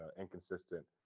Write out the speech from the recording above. inconsistent